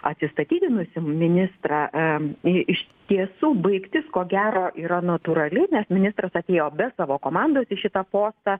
atsistatydinusį ministrą iš tiesų baigtis ko gera yra natūrali nes ministras atėjo be savo komandos į šitą postą